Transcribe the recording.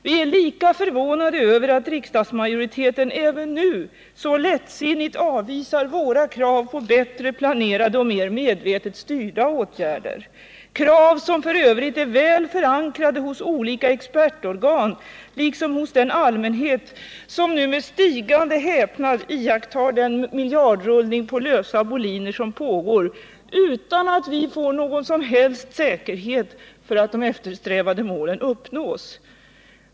Vi är lika förvånade över att riksdagsmajoriteten även nu så lättsinnigt avvisar våra krav på bättre planerade och mer medvetet styrda åtgärder — krav som f. ö. är väl förankrade hos olika expertorgan liksom hos den allmänhet som nu med stigande häpnad iakttar den miljardrullning på lösa boliner som pågår, utan att vi får någon som helst säkerhet för att de eftersträvade målen uppnås.